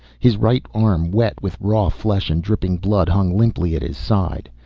his right arm, wet with raw flesh and dripping blood, hung limply at his side.